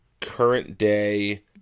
current-day